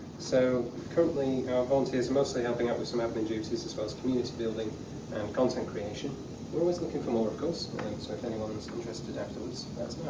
so, currently our volunteers are mostly helping out with some admin duties as well as community building and content creation, we're always looking for more of course, so if anyone is interested afterwards,